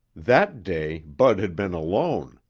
that day bud had been alone,